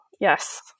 yes